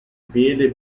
piede